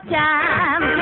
time